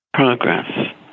progress